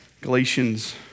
Galatians